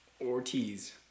Ortiz